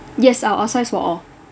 yes I'll upsize for all